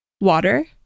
water